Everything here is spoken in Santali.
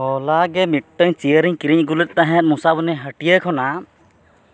ᱦᱚᱞᱟᱜᱮ ᱢᱤᱫᱴᱟᱹᱱ ᱪᱮᱭᱟᱨᱤᱧ ᱠᱤᱨᱤᱧ ᱟᱹᱜᱩ ᱞᱮᱫ ᱛᱟᱦᱮᱸ ᱢᱚᱥᱟᱵᱚᱱᱤ ᱦᱟᱹᱴᱤᱭᱟᱹ ᱠᱷᱚᱱᱟᱜ